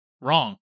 wrong